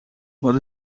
wat